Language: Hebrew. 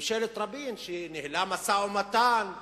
ממשלת רבין, שניהלה משא-ומתן,